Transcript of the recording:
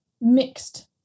mixed